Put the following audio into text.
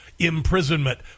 imprisonment